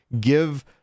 give